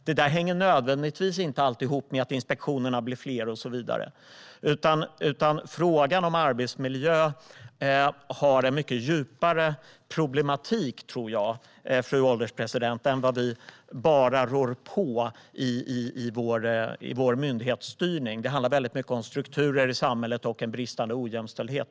Detta hänger dock inte nödvändigtvis ihop med att inspektionerna blir fler, och frågan om arbetsmiljö tror jag har en mycket djupare problematik, fru ålderspresident, än vad vi rår på bara i vår myndighetsstyrning. Det handlar även väldigt mycket om strukturer i samhället och en bristande jämställdhet.